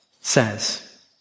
says